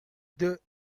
deux